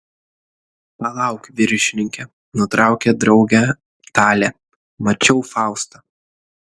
palauk viršininke nutraukė draugę talė mačiau faustą